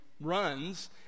runs